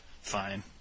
Fine